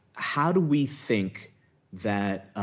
how do we think that,